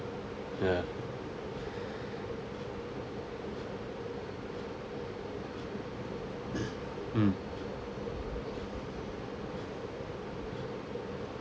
ya mm